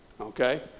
Okay